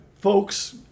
folks